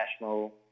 national